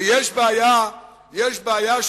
יש בעיה של